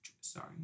Sorry